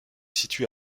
situe